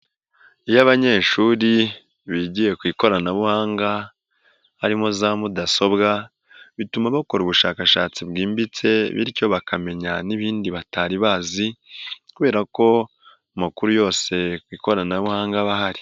Iyo abanyeshuri bigiye ku ikoranabuhanga harimo za mudasobwa bituma bakora ubushakashatsi bwimbitse bityo bakamenya n'ibindi batari bazi kubera ko amakuru yose ku ikoranabuhanga aba ahari,